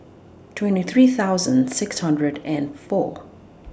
twenty three thousand six hundred and four